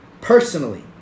personally